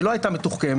שלא הייתה מתוחכמת,